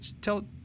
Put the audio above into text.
tell